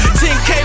10k